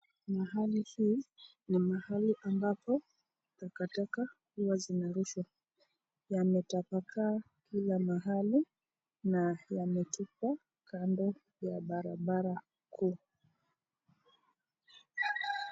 Mahali hii ni mahali ambapo takataka zikwa zimerushwa yametapakaa kila mahali na yametupwa kando, ya barabara.